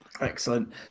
Excellent